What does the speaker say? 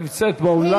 נמצאת באולם.